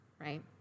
right